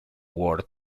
word